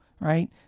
right